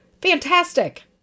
Fantastic